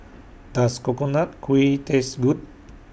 Does Coconut Kuih Taste Good